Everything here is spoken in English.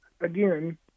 again